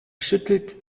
schüttelt